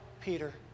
Peter